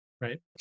right